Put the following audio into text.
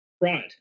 Right